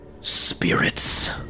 Spirits